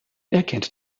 erkennt